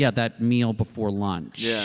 yeah that meal before lunch. yeah